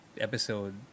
episode